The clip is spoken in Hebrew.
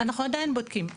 אנחנו עדיין בודקים.